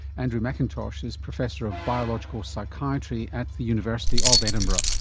andrew mcintosh is professor of biological psychiatry at the university of edinburgh.